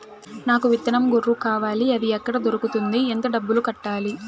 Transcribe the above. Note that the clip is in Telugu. నాకు విత్తనం గొర్రు కావాలి? అది ఎక్కడ దొరుకుతుంది? ఎంత డబ్బులు కట్టాలి?